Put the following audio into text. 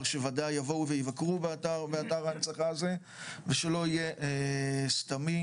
שוודאי יבואו ויסקרו באתר ההנצחה הזה ושלא יהיה סתמי,